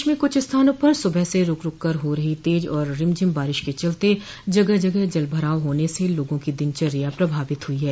प्रदेश में कुछ स्थानों पर सुबह से रूक रूक कर हो रही तेज और रिमझिम बारिश के चलते जगह जगह जलभराव होने से लोगों की दिनचर्या प्रभावित हुई है